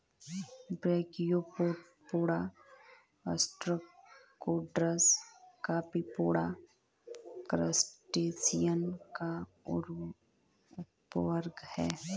brachiopoda, ostracods, copepoda, crustacean का उपवर्ग है